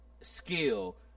skill